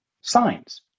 signs